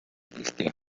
cristiana